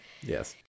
yes